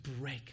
break